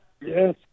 Yes